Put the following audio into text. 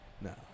no